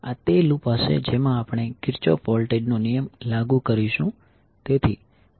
આ તે લૂપ હશે જેમાં આપણે કિર્ચોફ વોલ્ટેજ નો નિયમ લાગુ કરીશું